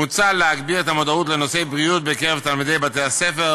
מוצע להגביר את המודעות לנושאי בריאות בקרב תלמידי בתי-הספר